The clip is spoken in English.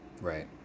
right